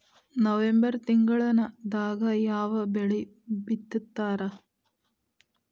November ತಿಂಗಳದಾಗ ಯಾವ ಬೆಳಿ ಬಿತ್ತತಾರ?